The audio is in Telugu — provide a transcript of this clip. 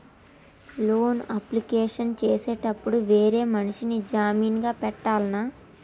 లోన్ అప్లికేషన్ చేసేటప్పుడు వేరే మనిషిని జామీన్ గా పెట్టాల్నా?